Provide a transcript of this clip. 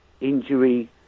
injury